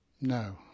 No